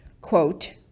quote